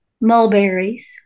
mulberries